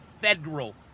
federal